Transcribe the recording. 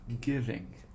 giving